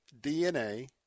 DNA